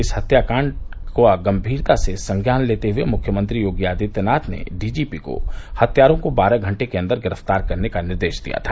इस हत्याकांड का गंभीरता से संज्ञान लेते हए मुख्यमंत्री योगी आदित्यनाथ ने डीजीपी को हत्यारों को बारह घंटे के अन्दर गिरफ्तार करने का निर्देश दिया था